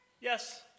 yes